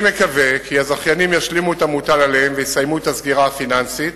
אני מקווה שהזכיינים ישלימו את המוטל עליהם ויסיימו את הסגירה הפיננסית.